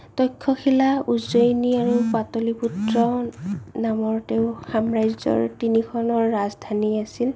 তক্ষশীলা উজ্জয়িনী আৰু পাতলিপুত্ৰ নামৰ তেওঁৰ সাম্ৰাজ্য তিনিখনৰ ৰাজধানী আছিল